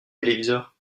téléviseur